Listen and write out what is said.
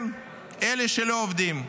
כן, אלה שלא עובדים,